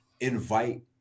invite